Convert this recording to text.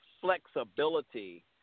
flexibility